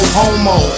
homo